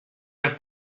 del